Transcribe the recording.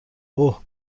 اوه